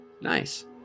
Nice